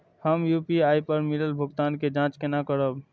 हम यू.पी.आई पर मिलल भुगतान के जाँच केना करब?